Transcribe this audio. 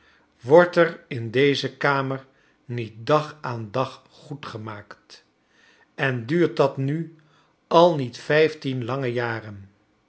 wordt er in deze kamer niet dag aan dag goed gemaakt en duurt dat nu ai niel vijftien lange jaren